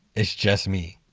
it's just me